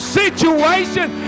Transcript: situation